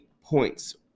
points